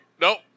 nope